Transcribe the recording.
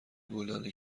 گلدانی